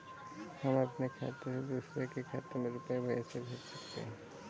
हम अपने खाते से दूसरे के खाते में रुपये कैसे भेज सकते हैं?